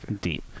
deep